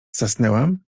zasnęłam